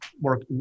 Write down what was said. work